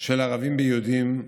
של ערבים ביהודים,